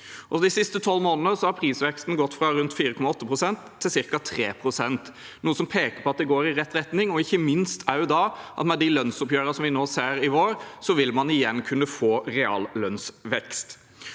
De siste 12 månedene har prisveksten gått fra ca. 4,8 pst. til ca. 3 pst., noe som peker på at det går i rett retning. Og ikke minst: Med de lønnsoppgjørene vi ser i vår, vil man igjen kunne få reallønnsvekst.